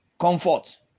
comfort